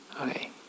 Okay